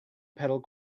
pedal